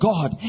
God